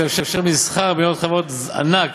שיאפשר מסחר במניות חברות ענק